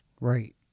Right